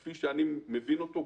כפי שאני מבין אותו,